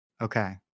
Okay